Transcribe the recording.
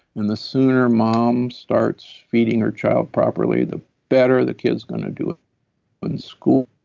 and the sooner mom's starts feeding her child properly, the better the kid's going to do in school,